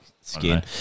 skin